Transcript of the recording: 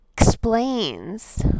explains